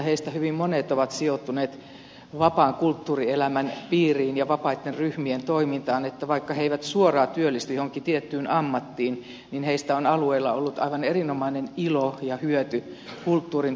heistä hyvin monet ovat sijoittuneet vapaan kulttuurielämän piiriin ja vapaitten ryhmien toimintaan että vaikka he eivät suoraan työllisty johonkin tiettyyn ammattiin niin heistä on alueilla ollut aivan erinomainen ilo ja hyöty kulttuurin toimijoina